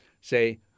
say